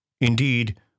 Indeed